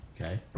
Okay